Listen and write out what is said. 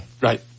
Right